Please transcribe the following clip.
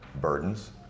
burdens